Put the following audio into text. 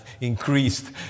increased